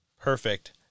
Perfect